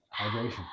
hydration